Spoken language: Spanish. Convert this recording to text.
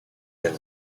del